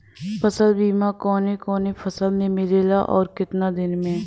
फ़सल बीमा कवने कवने फसल में मिलेला अउर कितना दिन में?